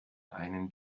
einen